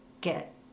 get